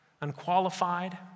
Unqualified